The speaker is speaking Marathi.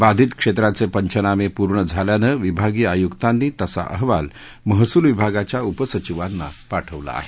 बाधित क्षेत्राचे पंचनामे पूर्ण झाल्यानं विभागीय आय्क्तांनी तसा अहवाल महसूल विभागाच्या उपसचिवांना पाठवला आहे